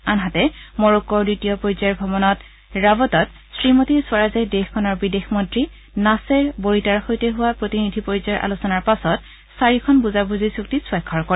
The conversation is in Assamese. আনহাতে মৰক্কোৰ দ্বিতীয় পৰ্যায়ৰ ভ্ৰমণত ৰাবটত শ্ৰীমতী স্বৰাজে দেশখনৰ বিদেশ মন্ত্ৰী নাছেৰ বৰিতাৰ সৈতে হোৱা প্ৰতিনিধি পৰ্যায়ৰ আলোচনাৰ পাছত চাৰিখন বুজাবুজিৰ চুক্তিত স্বাক্ষৰ কৰে